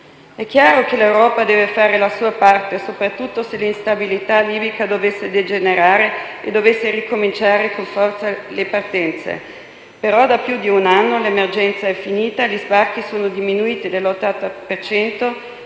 È chiaro che l'Europa deve fare la sua parte, soprattutto se l'instabilità libica dovesse degenerare e dovessero ricominciare con forza le partenze, ma da più di un anno l'emergenza è finita, gli sbarchi sono diminuiti del 80